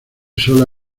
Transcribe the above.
sola